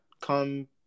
come